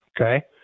Okay